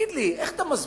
תגיד לי, איך אתה מסביר,